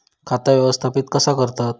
खाता व्यवस्थापित कसा करतत?